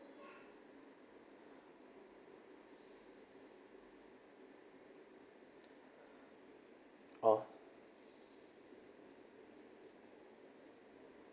orh